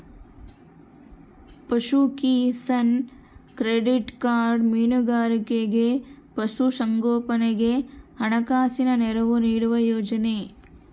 ಪಶುಕಿಸಾನ್ credit card ಮೀನುಗಾರರಿಗೆ ಪಶು ಸಂಗೋಪನೆಗೆ ಹಣಕಾಸಿನ ನೆರವು ನೀಡುವ ಯೋಜನೆ